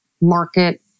market